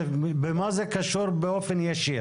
במה זה קשור באופן ישיר?